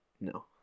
No